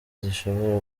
zishobora